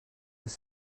was